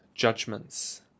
judgments